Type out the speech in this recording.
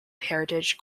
heritage